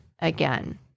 again